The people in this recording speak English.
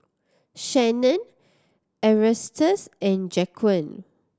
Shanon Erastus and Jaquan